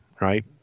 right